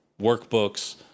workbooks